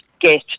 get